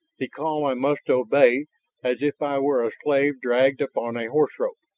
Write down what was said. the call i must obey as if i were a slave dragged upon a horse rope,